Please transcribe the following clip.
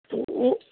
तऽ ओ